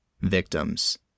victims